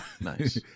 Nice